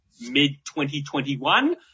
mid-2021